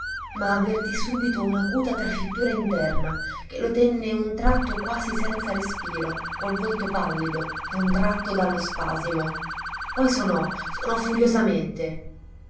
ma avvertì subito un'acuta trafittura interna che lo tenne un tratto quasi senza respiro col volto pallido contratto dallo spasimo poi sonò sonò furiosamente